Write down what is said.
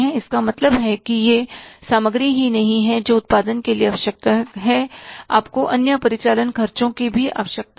इसका मतलब है कि यह सामग्री ही नहीं है जो उत्पादन के लिए आवश्यक है आपको अन्य परिचालन खर्चों की भी आवश्यकता है